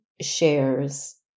shares